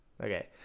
okay